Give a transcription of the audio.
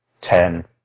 ten